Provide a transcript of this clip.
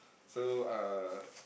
so uh